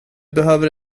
behöver